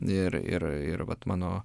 ir ir ir vat mano